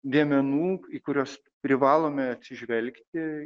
dėmenų į kuriuos privalome atsižvelgti